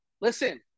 listen